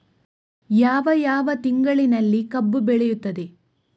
ಯಾವ ಯಾವ ತಿಂಗಳಿನಲ್ಲಿ ಕಬ್ಬು ಬೆಳೆಯುತ್ತದೆ?